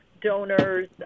donors